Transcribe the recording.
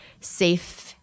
safe